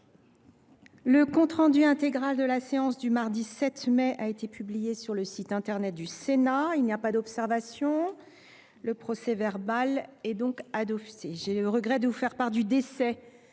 Le compte rendu intégral de la séance du mardi 7 mai 2024 a été publié sur le site internet du Sénat. Il n’y a pas d’observation ?… Le procès verbal est adopté. J’ai le regret de vous faire part du décès